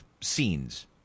scenes